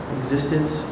existence